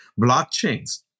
blockchains